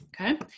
Okay